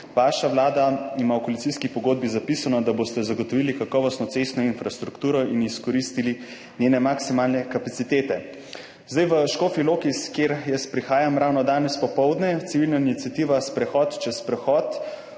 vaša vlada ima v koalicijski pogodbi zapisano, da boste zagotovili kakovostno cestno infrastrukturo in izkoristili njene maksimalne kapacitete. V Škofji Loki, od koder jaz prihajam, ravno danes popoldne civilna iniciativa Sprehod čez prehod